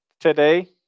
today